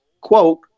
quote